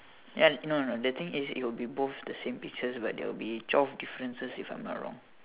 and no no no the thing is it will be both the same pictures but there will be twelve differences if I'm not wrong